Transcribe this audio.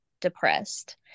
depressed